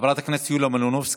חברת הכנסת יוליה מלינובסקי,